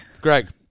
Greg